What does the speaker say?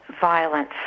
violence